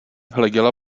hleděla